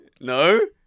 No